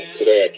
today